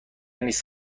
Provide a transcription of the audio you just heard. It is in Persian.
نیست